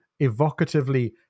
evocatively